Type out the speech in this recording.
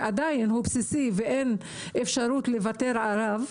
שעדין הוא בסיסי ואין אפשרות לוותר עליו,